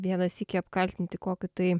vieną sykį apkaltinti kokiu tai